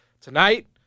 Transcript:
Tonight